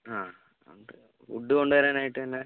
ആഹ് ഉണ്ട് ഫുഡ്ഡ് കൊണ്ടുവരാനായിട്ടു തന്നെ